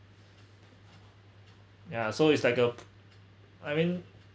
ya so it's like uh I mean